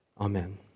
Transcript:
Amen